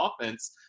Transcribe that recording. offense